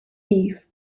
eve